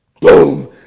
boom